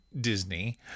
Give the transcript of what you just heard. Disney